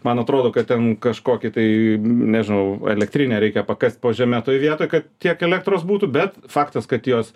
man atrodo kad ten kažkokį tai nežinau elektrinę reikia pakast po žeme toj vietoj kad tiek elektros būtų bet faktas kad jos